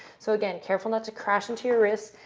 so again, careful not to crash into your wrists.